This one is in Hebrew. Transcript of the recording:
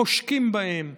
חושקים בהם,